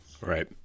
Right